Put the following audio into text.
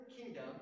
kingdom